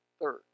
third